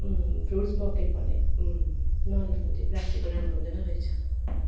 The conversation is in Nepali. फ्रुट्स बकेट भने नलिनु त्यो प्लास्टिकको राम्रो हुँदैन रहेछ